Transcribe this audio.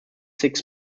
six